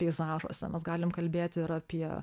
peizažuose mes galim kalbėt ir apie